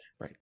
Right